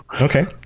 okay